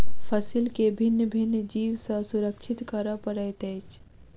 फसील के भिन्न भिन्न जीव सॅ सुरक्षित करअ पड़ैत अछि